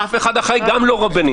אף אחד אחר, גם לא רבנים.